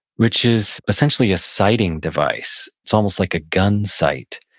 which is essentially a sighting device. it's almost like a gun sight,